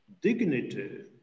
Dignity